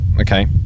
okay